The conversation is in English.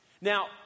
Now